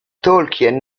tolkien